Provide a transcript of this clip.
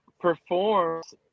performs